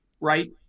right